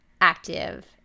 active